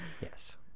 Yes